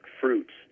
fruits